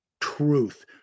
truth